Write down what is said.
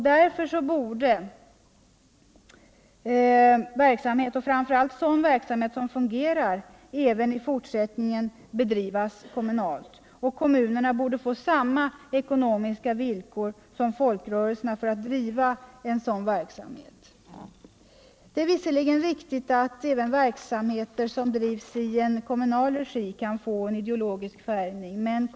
Därför borde verksamheterna, och framför allt sådan verksamhet som fungcrar, även i fortsättningen bedrivas kommunalt. Kommunerna borde också få samma ekonomiska villkor som folkrörelserna för att kunna driva sådana verksamheter. Det är visserligen riktigt att även verksamheter som drivs i kommunal regi kan få en ideologisk färgning.